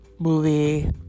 Movie